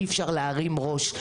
אי אפשר להרים ראש.